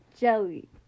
jelly